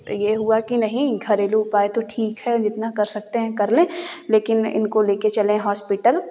ये हुआ कि नहीं घरेलू उपाय तो ठीक है जितना कर सकते हैं कर ले लेकिन इनको ले कर चले हॉस्पिटल